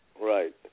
Right